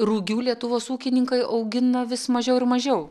rugių lietuvos ūkininkai augina vis mažiau ir mažiau